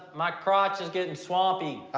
my crotch is getting swampy.